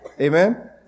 Amen